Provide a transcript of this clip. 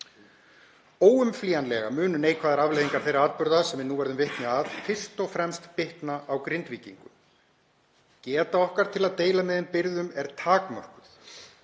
Óumflýjanlega munu neikvæðar afleiðingar þeirra atburða sem við verðum vitni að fyrst og fremst bitna á Grindvíkingum. Geta okkar til að deila með þeim byrðum er takmörkuð